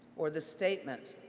or the statement,